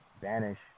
Banish